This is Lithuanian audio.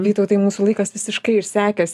vytautai mūsų laikas visiškai išsekęs